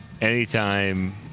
Anytime